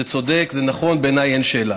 זה צודק, זה נכון, בעיניי אין שאלה.